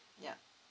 yup